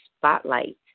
spotlight